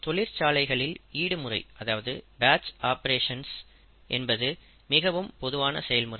தொழிற்சாலைகளில் ஈடுமுறை அதாவது பேட்ச் ஆப்பரேஷன்ஸ் என்பது மிகவும் பொதுவான செயல்முறை